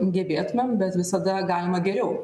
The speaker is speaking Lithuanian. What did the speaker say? gebėtumėm bet visada galima geriau